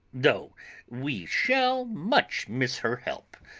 though we shall much miss her help,